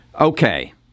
Okay